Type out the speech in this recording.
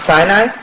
Sinai